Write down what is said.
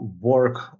work